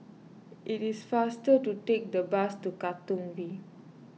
it is faster to take the bus to Katong V